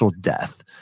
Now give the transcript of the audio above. death